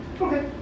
Okay